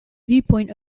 viewpoint